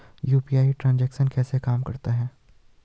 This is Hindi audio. यू.पी.आई ट्रांजैक्शन कैसे काम करता है?